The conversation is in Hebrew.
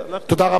תודה רבה.